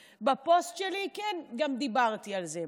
בפוסט שלי גם דיברתי על זה.